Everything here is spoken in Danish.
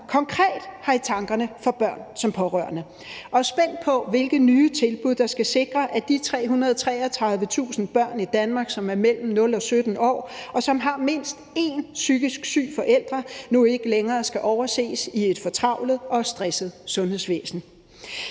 konkret har i tankerne for børn som pårørende, og jeg er spændt på, hvilke nye tilbud der skal sikre, at de 333.000 børn i Danmark, som er mellem 0 og 17 år, og som har mindst en psykisk syg forælder, nu ikke længere skal overses i et fortravlet og stresset sundhedsvæsen.